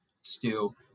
stew